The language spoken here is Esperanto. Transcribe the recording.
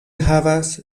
havas